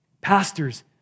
Pastors